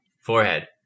forehead